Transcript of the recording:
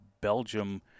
belgium